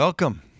Welcome